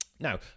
Now